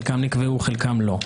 חלקם נקבעו וחלקם לא.